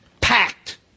packed